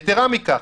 יתירה מכך,